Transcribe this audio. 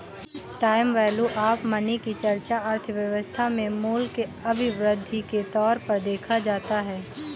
time value of money की चर्चा अर्थव्यवस्था में मूल्य के अभिवृद्धि के तौर पर देखा जाता है